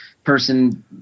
Person